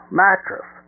mattress